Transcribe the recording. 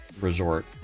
resort